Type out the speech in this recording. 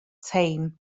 teim